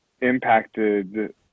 impacted